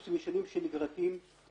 יש דברים שגם אני לא אוהב לעשות אותם,